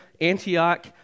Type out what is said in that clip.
Antioch